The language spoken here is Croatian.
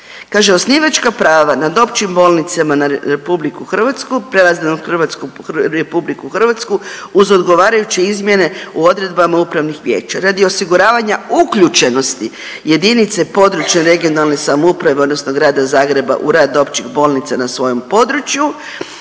osnivačka prava nad općim bolnicama na RH prelaze na RH uz odgovarajuće izmjene u odredbama upravnih vijeća radi osiguravanja uključenosti jedinice područne regionalne samouprave odnosno Grada Zagreba u rad općih bolnica na svojem području.